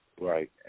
Right